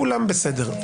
כולם בסדר,